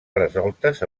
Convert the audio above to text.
resoltes